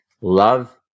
Love